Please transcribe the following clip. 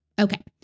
Okay